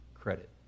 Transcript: credit